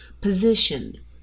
position